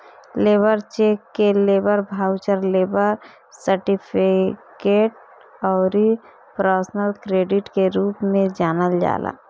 labour cheque के labour voucher, labour certificate अउरी personal credit के रूप में जानल जाला